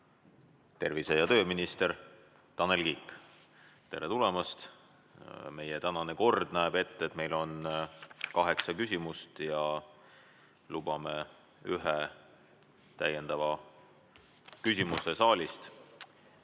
tervise- ja tööminister Tanel Kiik. Tere tulemast! Meie tänane kord näeb ette, et meil on kaheksa küsimust ja lubame ühe täiendava küsimuse saalist.